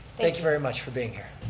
thank you very much for being here.